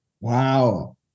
Wow